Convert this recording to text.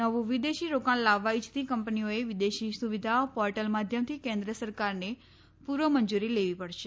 નવું વિદેશી રોકાણ લાવવા ઇચ્છતી કંપનીઓએ વિદેશી સુવિધા પોર્ટલ માધ્યમથી કેન્દ્ર સરકારની પૂર્વ મંજુરી લેવી પડશે